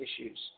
issues